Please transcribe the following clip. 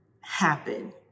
happen